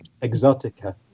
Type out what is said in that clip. Exotica